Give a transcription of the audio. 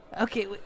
Okay